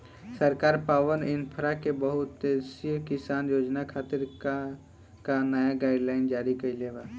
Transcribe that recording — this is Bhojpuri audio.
सरकार पॉवरइन्फ्रा के बहुउद्देश्यीय किसान योजना खातिर का का नया गाइडलाइन जारी कइले बा?